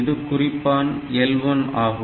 இது குறிப்பான் L1 ஆகும்